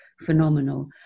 phenomenal